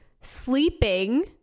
sleeping